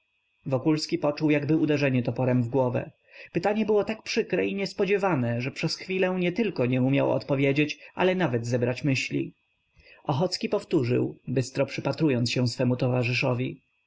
kierunku wokulski poczuł jakby uderzenie toporem w głowę pytanie było tak przykre i niespodziewane że przez chwilę nietylko nie umiał odpowiedzieć ale nawet zebrać myśli ochocki powtórzył bystro przypatrując się swemu towarzyszowi w